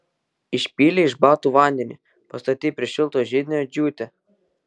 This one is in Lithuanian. išpylei iš batų vandenį pastatei prie šilto židinio džiūti